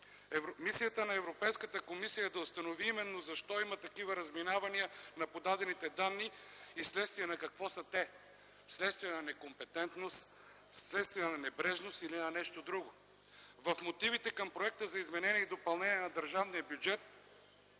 Мисията на Европейската комисия е да установи именно защо има такива разминавания на подадените данни и вследствие на какво са те – вследствие на некомпетентност, вследствие на небрежност или на нещо друго? В мотивите към Законопроекта за изменение и допълнение на Закона за държавния бюджет